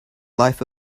life